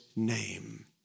Name